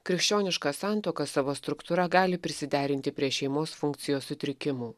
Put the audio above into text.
krikščioniška santuoka savo struktūra gali prisiderinti prie šeimos funkcijos sutrikimų